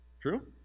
True